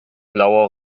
blauer